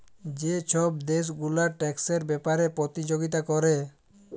যে ছব দ্যাশ গুলা ট্যাক্সের ব্যাপারে পতিযগিতা ক্যরে